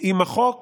אם החוק